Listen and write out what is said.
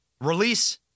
release